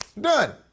Done